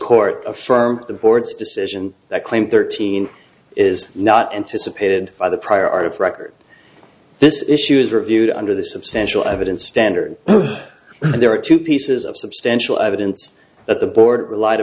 court of from the board's decision that claim thirteen is not anticipated by the prior art of record this issue is reviewed under the substantial evidence standard there are two pieces of substantial evidence that the board relied